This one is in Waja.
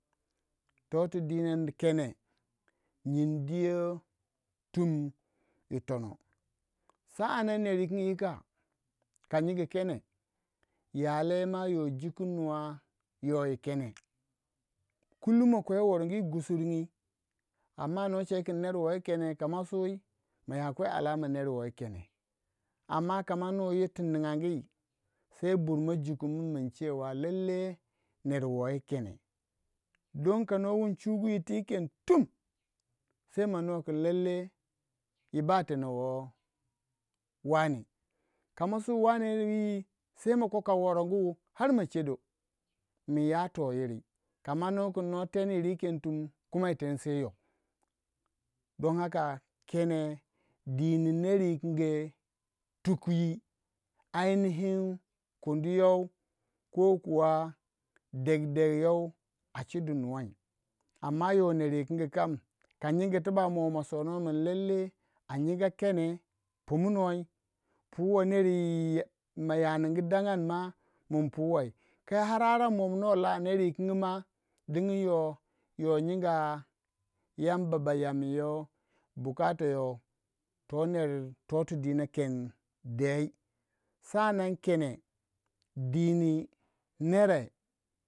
Toh tu dina kene nuindiyo tum yi tono. saannan ner wukin yika ka nyingi kene ya le ba juku nuwa yoh yi kene kulan si worongu yi gusurugi alma nor che kin ner wei kene kama sui maya kwe lallai ner wei kene lallai kama nu yir tu ni nayangi suwane burmai jukumni ner won yi kene kano wun chugu twi yi hen tum manua win yi ba tena yi ken tum manua kin yi ba tena woh wane kama su wane wil ma ko ka worongu har ma chedo min yato yiri kama nu kin nou teni yiri yi tum bur yoh kene dinu ner yikinge tuki danhaka kundi youh ko kuwa deg deg yoh a chudu nuwai neru kingi kam ka nyingi masona mun lele a nyinga kene pumnuai puwe neri yi ma ya ningu dangandi ma mun pu wei mono ya neru king ma dingin yoh nyinga yamba ba yam in yoh lallai to tuidina ken dei ken dini ner.